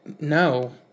No